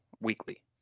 weekly